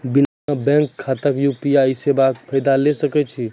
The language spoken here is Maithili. बिना बैंक खाताक यु.पी.आई सेवाक फायदा ले सकै छी?